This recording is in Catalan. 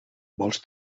vols